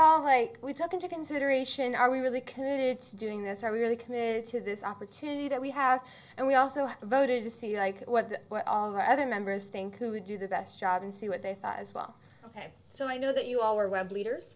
all like we took into consideration are we really committed to doing this are really committed to this opportunity that we have and we also have voted to see like what we're all rather members think who would do the best job and see what they thought as well ok so i know that you all are web leaders